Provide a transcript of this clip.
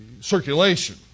circulation